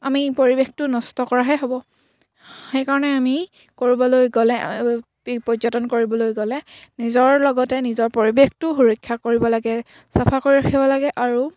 আমি পৰিৱেশটো নষ্ট কৰাহে হ'ব সেইকাৰণে আমি ক'ৰবালৈ গ'লে পৰ্যটন কৰিবলৈ গ'লে নিজৰ লগতে নিজৰ পৰিৱেশটো সুৰক্ষা কৰিব লাগে চাফা কৰি ৰাখিব লাগে আৰু